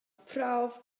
prawf